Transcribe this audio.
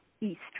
East